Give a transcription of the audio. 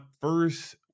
first